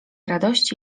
radości